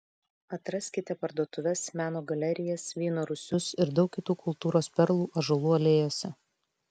atraskite parduotuves meno galerijas vyno rūsius ir daug kitų kultūros perlų ąžuolų alėjose